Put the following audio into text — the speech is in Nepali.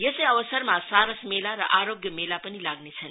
यसै अवसरमा सारस मेला र आरोग्य मेला पनि लाग्नेछन्